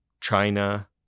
China